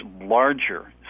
larger